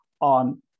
on